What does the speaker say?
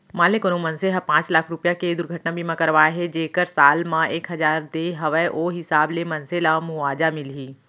मान ले कोनो मनसे ह पॉंच लाख रूपया के दुरघटना बीमा करवाए हे जेकर साल म एक हजार दे हवय ओ हिसाब ले मनसे ल मुवाजा मिलही